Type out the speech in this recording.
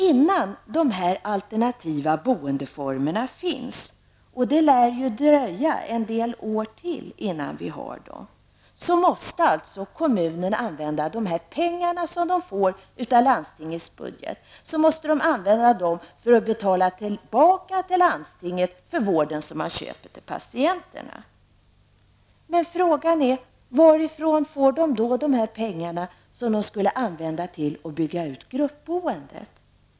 Innan de alternativa boendeformerna finns -- det lär ju dröja några år -- måste alltså kommunerna använda de pengar som de får från landstingets budget för att betala tillbaka till landstinget för den vård som köps till patienterna. Men frågan blir då: Varifrån får kommunerna då de pengar som skulle användas för att bygga ut gruppboendet?